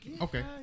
Okay